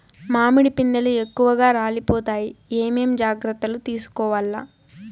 మామిడి పిందెలు ఎక్కువగా రాలిపోతాయి ఏమేం జాగ్రత్తలు తీసుకోవల్ల?